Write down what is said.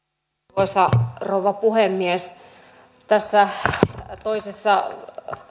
arvoisa rouva puhemies tässä toisessa